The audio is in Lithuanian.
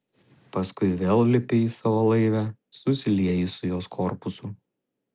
paskui vėl lipi į savo laivę susilieji su jos korpusu